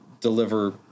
deliver